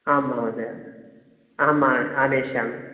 आं महोदयः अहम् आ आनेष्यामि